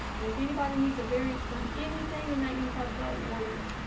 and if anybody needs a variance from anything and that you thought about ordinance,